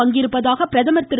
பங்கிருப்பதாக பிரதமர் திரு